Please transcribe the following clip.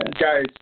guys